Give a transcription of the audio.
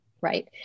right